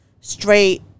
straight